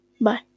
Bye